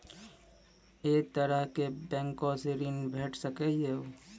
ऐ तरहक बैंकोसऽ ॠण भेट सकै ये?